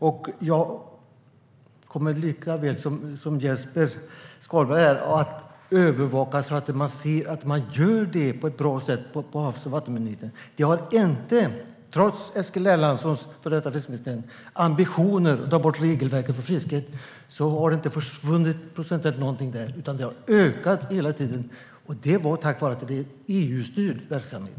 Jag kommer lika väl som Jesper Skalberg Karlsson att övervaka detta, så att man gör det på ett bra sätt på Havs och vattenmyndigheten. Trots före detta fiskeminister Eskil Erlandssons ambitioner att ta bort regelverk för fisket har det inte procentuellt försvunnit någonting där, utan det har hela tiden ökat. Så är det eftersom det är en EU-styrd verksamhet.